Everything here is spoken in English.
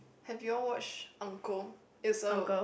have you all watched it's a